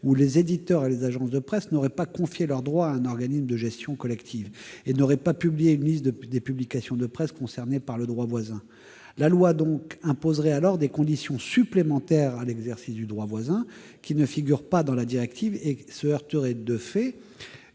où les éditeurs et les agences de presse n'auraient pas confié leurs droits à un organisme de gestion collective et n'auraient pas publié une liste des publications de presse concernées par le droit voisin. La loi imposerait alors des conditions supplémentaires à l'exercice du droit voisin ; elles ne figurent pas dans la directive et constitueraient